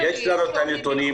יש לנו את הנתונים.